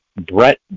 Brett